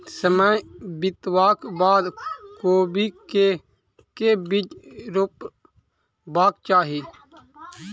समय बितबाक बाद कोबी केँ के बीज रोपबाक चाहि?